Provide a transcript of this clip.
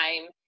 time